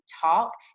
talk